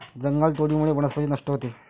जंगलतोडीमुळे वनस्पती नष्ट होते